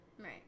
right